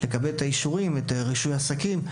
כדי לקבל את האישורים ואת רישוי העסקים,